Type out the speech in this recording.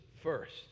first